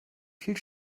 viel